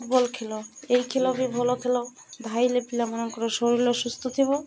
football ଖେଲ ଏଇ ଖେଲ ବି ଭଲ ଖେଲ ଧାଇଁଲେ ପିଲାମାନଙ୍କର ଶରୀର ସୁସ୍ଥ ଥିବ